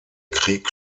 krieg